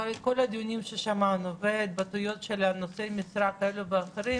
אחרי כל הדיונים ששמענו וההתבטאויות של נושאי משרה כאלה ואחרים,